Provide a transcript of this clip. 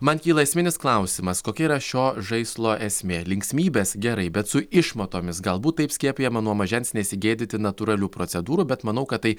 man kyla esminis klausimas kokia yra šio žaislo esmė linksmybės gerai bet su išmatomis galbūt taip skiepijama nuo mažens nesigėdyti natūralių procedūrų bet manau kad tai